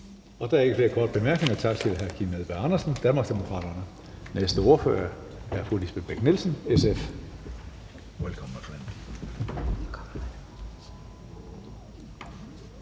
Der er ikke flere korte bemærkninger. Tak til hr. Kim Edberg Andersen, Danmarksdemokraterne. Den næste ordfører er fru Lisbeth Bech-Nielsen, SF. Kl.